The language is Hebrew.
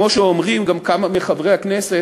כמו שאומרים גם כמה מחברי הכנסת,